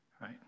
Right